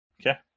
Okay